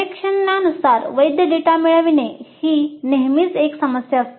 सर्वेक्षणानुसार वैध डेटा मिळविणे ही नेहमीच एक समस्या असते